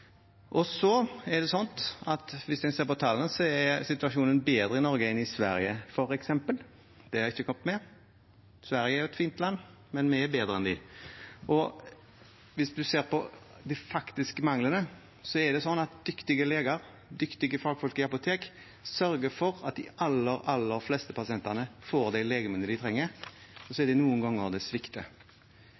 situasjonen bedre i Norge enn i Sverige, f.eks. Det har ikke kommet med. Sverige er et fint land, men vi er bedre enn dem. Hvis en ser på de faktiske manglene, er det slik at dyktige leger og dyktige fagfolk i apotek sørger for at de aller, aller fleste pasientene får legemidlene de trenger. Så svikter det noen ganger. Situasjonen er kritisk i hele verden, men vi har faktisk ganske god kontroll i Norge, og det